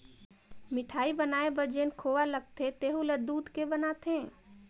मिठाई बनाये बर जेन खोवा लगथे तेहु ल दूद के बनाथे